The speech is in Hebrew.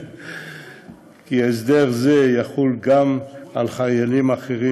כי הסדר זה יחול גם על חיילים אחרים,